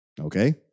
Okay